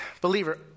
Believer